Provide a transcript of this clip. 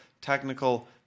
technical